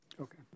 Okay